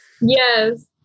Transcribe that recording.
Yes